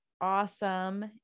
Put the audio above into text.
awesome